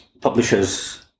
Publishers